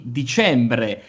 dicembre